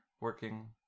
working